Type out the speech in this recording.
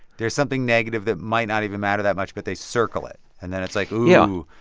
there's something negative that might not even matter that much, but they circle it. and then it's like, ooh,